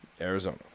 Arizona